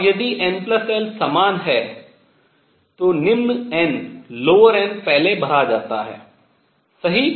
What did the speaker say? और यदि n l समान है तो निम्न n पहले भरा जाता है सही